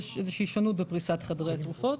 יש איזו שהיא שונות בפריסת חדרי התרופות.